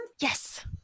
Yes